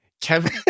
Kevin